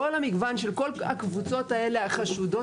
כל המגוון של כל הקבוצות האלה החשודות